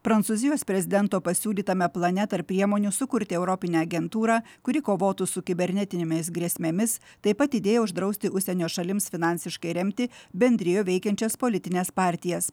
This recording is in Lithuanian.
prancūzijos prezidento pasiūlytame plane tarp priemonių sukurti europinę agentūrą kuri kovotų su kibernetinėmis grėsmėmis taip pat idėja uždrausti užsienio šalims finansiškai remti bendrijoj veikiančias politines partijas